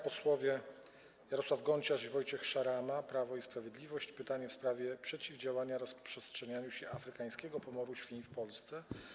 Posłowie Jarosław Gonciarz i Wojciech Szarama, Prawo i Sprawiedliwość, zadadzą pytanie w sprawie przeciwdziałania rozprzestrzenianiu się afrykańskiego pomoru świń w Polsce.